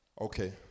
Okay